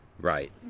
Right